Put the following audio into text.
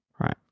Right